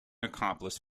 accomplice